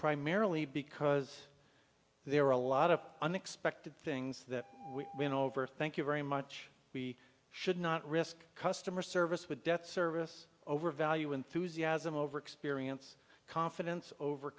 primarily because there are a lot of unexpected things that win over thank you very much we should not risk customer service with debt service over value enthusiasm over experience confidence over